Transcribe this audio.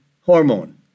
hormone